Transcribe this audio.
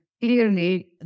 clearly